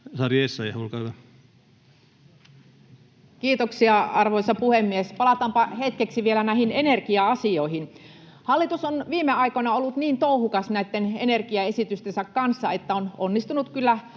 Sari Essayah, olkaa hyvä. Kiitoksia, arvoisa puhemies! Palataanpa hetkeksi vielä näihin energia-asioihin. Hallitus on viime aikoina ollut niin touhukas näitten energiaesitystensä kanssa, että on onnistunut kyllä